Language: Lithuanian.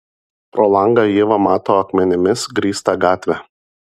pro langą ieva mato akmenimis grįstą gatvę